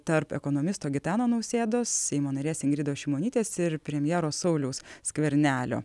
tarp ekonomisto gitano nausėdos seimo narės ingridos šimonytės ir premjero sauliaus skvernelio